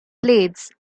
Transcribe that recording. plates